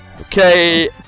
Okay